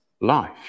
life